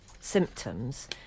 symptoms